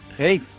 Hey